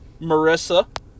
Marissa